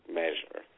measure